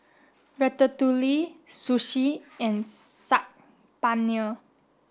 Ratatouille Sushi and Saag Paneer